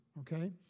Okay